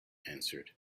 answered